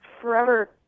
Forever